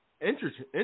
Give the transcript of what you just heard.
Interesting